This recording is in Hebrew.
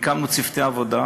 הקמנו צוותי עבודה,